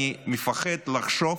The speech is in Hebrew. אני מפחד לחשוב